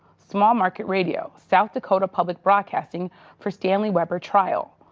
small market radio south dakota public broadcasting for stanley weber trial.